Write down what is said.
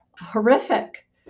horrific